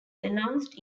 announced